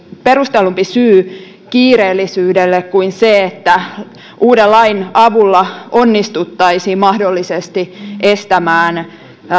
perustellumpi syy kiireellisyydelle kuin se että uuden lain avulla onnistuttaisiin mahdollisesti estämään